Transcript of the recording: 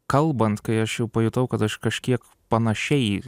kalbant kai aš jau pajutau kad aš kažkiek panašiai